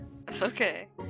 Okay